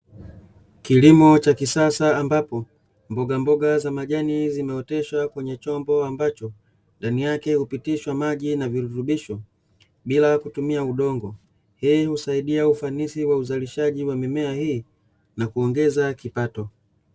Kilimo cha kisasa ambapo mbogamboga za majani zimeoteshwa kwenye chombo, ambacho ndani yake hupitishwa maji na virutubisho bila kutumia udongo. Hii husaidia ufanisi wa uzalishaji wa mimea hii na kuongeza kipato.